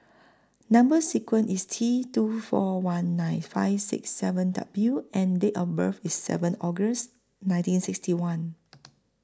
Number sequence IS T two four one nine five six seven W and Date of birth IS seven August nineteen sixty one